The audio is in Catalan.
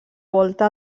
volta